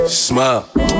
smile